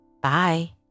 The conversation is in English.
Bye